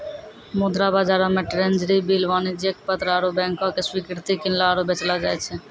मुद्रा बजारो मे ट्रेजरी बिल, वाणिज्यक पत्र आरु बैंको के स्वीकृति किनलो आरु बेचलो जाय छै